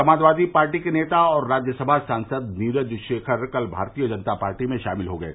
Samajwadi party के नेता और राज्यसभा सांसद नीरज शेखर कल भारतीय जनता पार्टी में शामिल हो गये